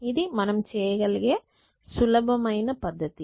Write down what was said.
ఇది మనం చేయగలిగే సులభమైన పద్ధతి